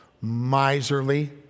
miserly